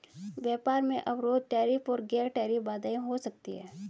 व्यापार में अवरोध टैरिफ और गैर टैरिफ बाधाएं हो सकती हैं